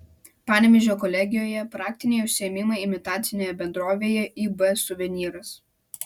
panevėžio kolegijoje praktiniai užsiėmimai imitacinėje bendrovėje ib suvenyras